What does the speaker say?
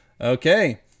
Okay